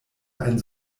ein